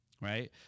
right